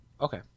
Okay